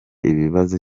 ibibazo